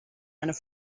eine